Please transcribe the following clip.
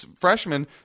freshman